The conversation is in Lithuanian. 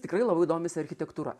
tikrai labai domisi architektūra